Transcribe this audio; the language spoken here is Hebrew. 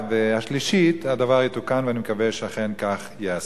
והשלישית הדבר יתוקן ואני מקווה שאכן כך ייעשה.